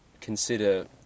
consider